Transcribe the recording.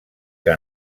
que